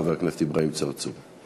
חבר הכנסת אברהים צרצור.